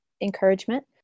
encouragement